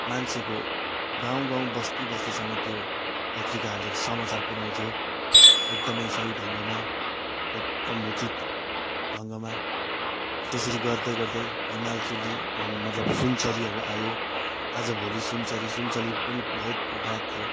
मान्छेको गाउँ गाउँ बस्ती बस्तीसम्म त्यो पत्रिकाहरूले समाचार पुऱ्याउँथ्यो एकदमै सही ढङ्गमा एकदम उचित ढङ्गमा त्यसरी गर्दै गर्दै हिमालचुली मतलब सुनचरीहरू आयो आजभोलि सुनचरी सुनचरी पनि बहुत प्रख्यात थियो